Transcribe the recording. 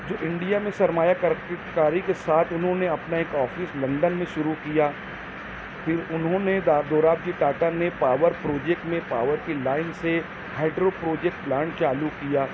جو انڈیا میں سرمایہ کاری کے ساتھ انہوں نے اپنا ایک آفیس لنڈن میں شروع کیا پھر انہوں نے دوراب جی ٹاٹا نے پاور پروجیکٹ میں پاور کی لائن سے ہیڈرو پروجیکٹ پلانٹ چالو کیا